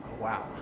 wow